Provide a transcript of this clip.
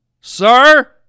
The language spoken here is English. Sir